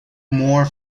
more